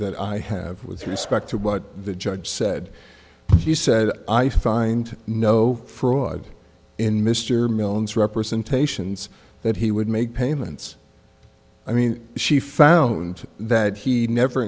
that i have with respect to what the judge said he said i find no fraud in mr milne's representations that he would make payments i mean she found that he never